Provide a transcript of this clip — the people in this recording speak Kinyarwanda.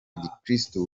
gikristu